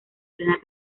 plena